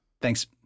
Thanks